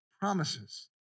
promises